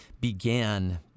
began